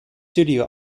studio